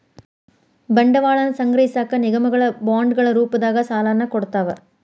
ಬಂಡವಾಳವನ್ನ ಸಂಗ್ರಹಿಸಕ ನಿಗಮಗಳ ಬಾಂಡ್ಗಳ ರೂಪದಾಗ ಸಾಲನ ಕೊಡ್ತಾವ